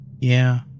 Yeah